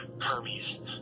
Hermes